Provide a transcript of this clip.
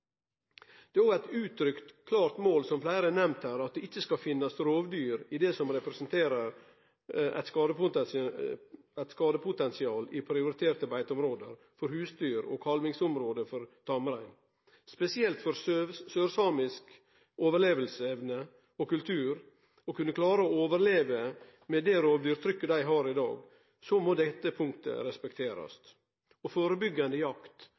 Det er òg eit uttrykt, klart mål, som fleire har nemnt her, at det ikkje skal finnast rovdyr i det som representerer eit skadepotensial i prioriterte beiteområde for husdyr og kalvingsområde for tamrein. Spesielt med omsyn til sørsamisk overlevingsevne og kultur, for at sørsamane skal kunne klare å overleve med det rovdyrtrykket dei har i dag, må dette punktet respekterast. Førebyggjande jakt